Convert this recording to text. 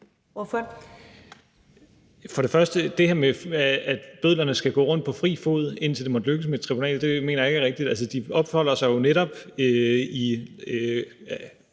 Stoklund (S): Det her med, at bødlerne skal gå rundt fri fod, indtil det måtte lykkes med et tribunal, mener jeg ikke er rigtigt. Altså, de er jo netop